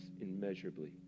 immeasurably